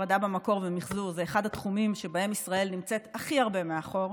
הפרדה במקור ומחזור זה אחד התחומים שבהם ישראל נמצאת הכי הרבה מאחור,